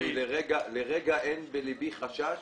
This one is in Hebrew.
אדוני, לרגע אין בליבי חשש